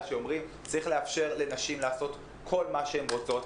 שאומרים: צריך לאפשר לנשים לעשות כל מה שהן רוצות.